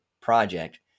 project